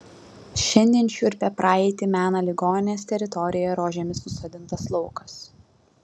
šiandien šiurpią praeitį mena ligoninės teritorijoje rožėmis nusodintas laukas